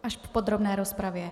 Až v podrobné rozpravě.